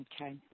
Okay